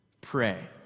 pray